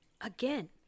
again